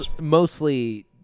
mostly